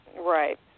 Right